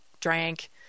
drank